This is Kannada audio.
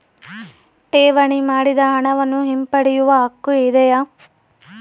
ಠೇವಣಿ ಮಾಡಿದ ಹಣವನ್ನು ಹಿಂಪಡೆಯವ ಹಕ್ಕು ಇದೆಯಾ?